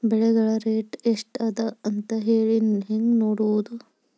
ಬೆಳೆಗಳ ರೇಟ್ ಎಷ್ಟ ಅದ ಅಂತ ಹೇಳಿ ಹೆಂಗ್ ನೋಡುವುದು?